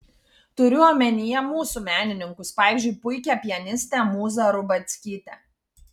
turiu omenyje mūsų menininkus pavyzdžiui puikią pianistę mūzą rubackytę